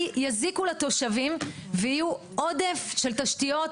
יזיקו לתושבים ויהיו עודף של תשתיות